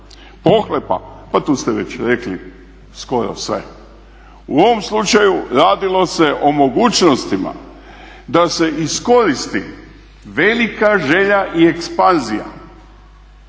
Pohlepa pa tu ste već rekli skoro sve. U ovom slučaju radilo se o mogućnostima da se iskoristi velika želja i ekspanzija